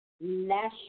National